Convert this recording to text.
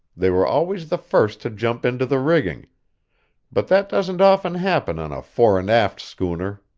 they were always the first to jump into the rigging but that doesn't often happen on a fore-and-aft schooner.